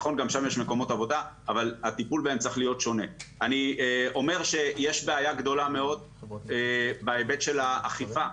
אני אומר שיש בעיה גדולה מאוד, בהיבט של האכיפה.